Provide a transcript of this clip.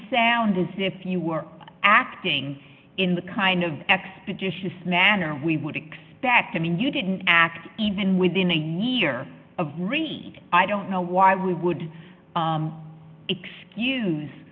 sound as if you were acting in the kind of expeditious manner we would expect i mean you didn't act even within a year of rain i don't know why we would excuse